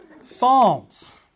Psalms